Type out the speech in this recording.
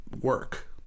work